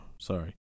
Sorry